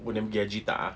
boleh pergi haji tak ah